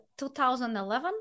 2011